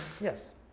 Yes